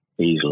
Easily